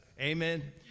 Amen